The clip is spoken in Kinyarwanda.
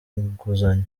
nguzanyo